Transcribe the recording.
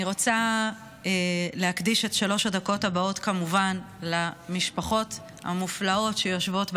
אני רוצה להקדיש את שלוש הדקות הבאות למשפחות המופלאות שיושבות ביציע,